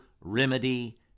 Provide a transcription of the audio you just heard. remedy